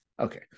Okay